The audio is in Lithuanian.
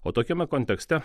o tokiame kontekste